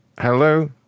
Hello